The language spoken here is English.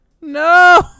No